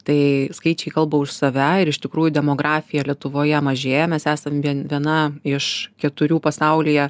tai skaičiai kalba už save ir iš tikrųjų demografija lietuvoje mažėja mes esam viena iš keturių pasaulyje